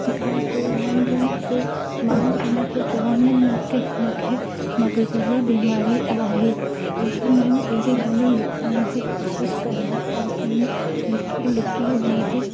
जीअं की उन्हनि जो मूंखे माण्हू उन्हनि खे चवनि न की हिन खे मग़ज़ जी बीमारी आहे इलाही माण्हू अहिड़ी ॻाल्हि लिकाइण जी कोशिशि कंदा आहिनि लिकी लिकी हुन जी